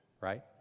right